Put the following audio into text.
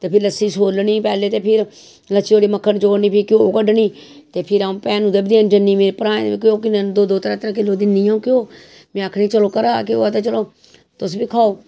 ते फिर लस्सी शोल्लनी पैह्ले ते फिर मक्खन जोड़ने ते फिर घ्यो क'ड्डने ते फिर अ'ऊं भैनूं दे बी देन जन्नी भ्राएं दै गी इक इक दो दो त्रै त्रै किलो दिन्नी अ'ऊं घ्यो में आखनी चलो घरा दा घ्यो ऐ ते चलो तुस बी खाओ